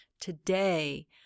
Today